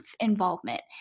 involvement